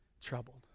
troubled